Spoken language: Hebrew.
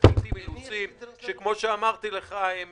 יש לעתים אילוצים, שכפי שאמרתי לך הם